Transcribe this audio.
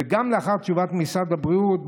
וגם לאחר תשובת משרד הבריאות בנושא,